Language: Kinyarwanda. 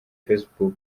facebook